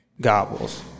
gobbles